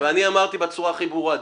ואני אמרתי בצורה הכי ברורה,